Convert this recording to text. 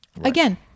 Again